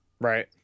Right